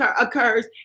occurs